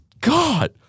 God